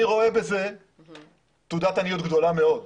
אני רואה בזה תעודת עניות גדולה מאוד.